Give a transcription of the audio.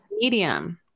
medium